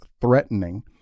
threatening